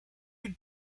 you